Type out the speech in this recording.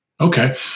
Okay